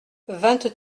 vingt